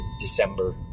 December